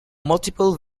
multiple